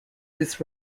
this